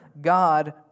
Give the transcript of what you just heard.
God